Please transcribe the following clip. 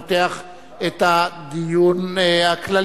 אני פותח את הדיון הכללי,